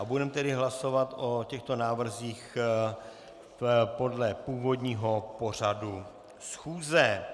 Budeme tedy hlasovat o těchto návrzích podle původního pořadu schůze.